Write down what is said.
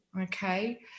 okay